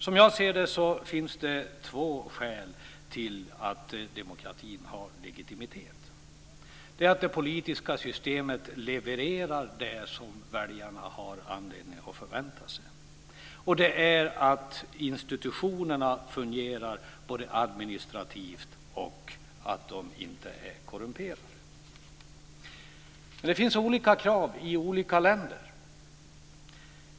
Som jag ser det finns det två skäl till att demokratin har legitimitet. Det är att det politiska systemet levererar det som väljarna har anledning att förvänta sig, att institutionerna både fungerar administrativt och inte är korrumperade. Men det finns olika krav i olika länder.